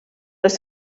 les